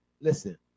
Listen